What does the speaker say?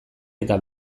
eta